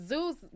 Zeus